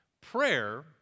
prayer